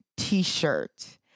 t-shirt